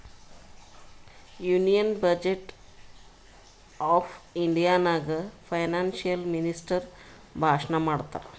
union budget of India ನಾಗ್ financial minister ಭಾಷಣ್ ಮಾಡ್ತಾರ್